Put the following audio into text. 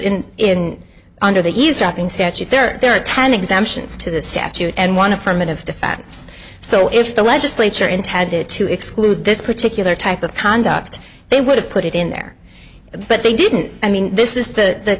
and under the usurping statute there are ten exemptions to the statute and one affirmative defense so if the legislature intended to exclude this particular type of conduct they would have put it in there but they didn't i mean this is the